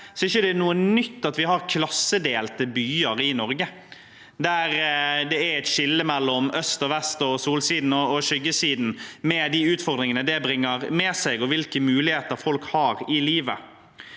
er det ikke noe nytt at vi har klassedelte byer i Norge der det er et skille mellom øst og vest og solsiden og skyggesiden, med de utfordringene det bringer med seg når det gjelder hvilke muligheter folk har i livet.